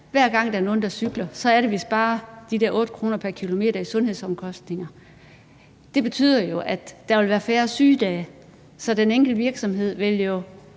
hver gang der er nogen, der cykler, sparer vi de der 8 kr. pr. km i sundhedsomkostninger. Det betyder, at der vil være færre sygedage. Så den enkelte virksomhed vil